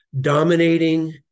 dominating